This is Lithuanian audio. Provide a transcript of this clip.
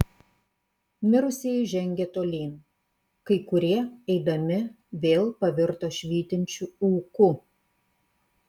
mirusieji žengė tolyn kai kurie eidami vėl pavirto švytinčiu ūku